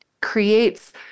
creates